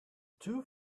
too